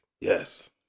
Yes